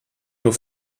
nur